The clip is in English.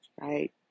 right